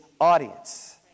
audience